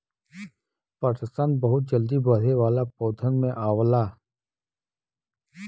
पटसन बहुत जल्दी बढ़े वाला पौधन में आवला